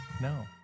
No